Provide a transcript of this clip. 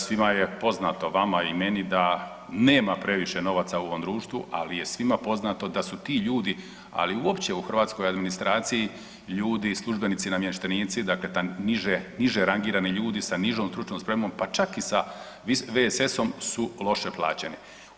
Svima je poznato vama i meni da nema previše novaca u ovom društvu, ali je svima poznato da su ti ljudi ali uopće u hrvatskoj administraciji ljudi, službenici, namještenici dakle niže rangirani ljudi sa nižom stručnom spremom, pa čak i sa VSS-om su loše plaćeni.